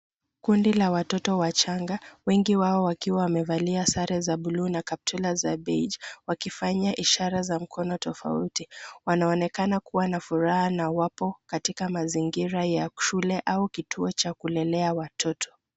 Kundi la watoto wachanga, wengi wao wakiwa wamevalia sare za buluu na kaptula za beiji wakifanya ishara za mkono tofaut, wanaonekana kuwa na furaha na wapo katika mazingira ya shule au kituo cha kulelea watoto.